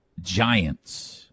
Giants